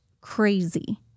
crazy